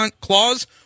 clause